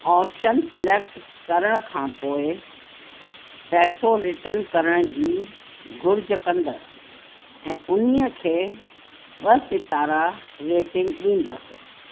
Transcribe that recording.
option select करण खां पोइ पैसो रिटर्न करण जी घुर्ज कंदसि ऐं उन खे ॿ सितारा रेटिंग ॾींदसि